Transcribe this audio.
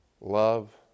Love